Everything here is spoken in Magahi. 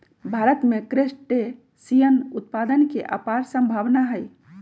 भारत में क्रस्टेशियन उत्पादन के अपार सम्भावनाएँ हई